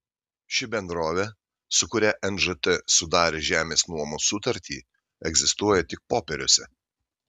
ši bendrovė su kuria nžt sudarė žemės nuomos sutartį egzistuoja tik popieriuose